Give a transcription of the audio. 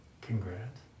Congrats